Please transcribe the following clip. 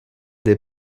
des